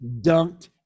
dunked